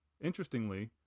Interestingly